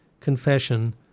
confession